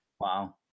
Wow